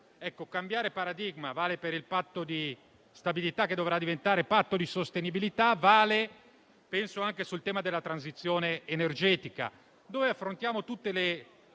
Cambiare paradigma vale per il Patto di stabilità, che dovrà diventare patto di sostenibilità, ma vale anche sul tema della transizione energetica, dove affrontiamo tutte le